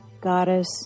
goddess